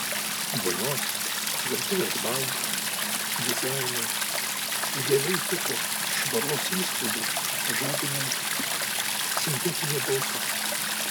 vonios virtuvės baldų dizainui idealiai tiko švaros įspūdį žadinanti sintetinė balta